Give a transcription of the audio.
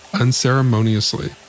unceremoniously